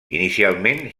inicialment